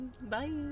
Bye